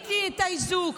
ראיתי את האיזוק,